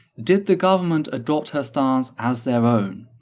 did the government adopt her stance as their own,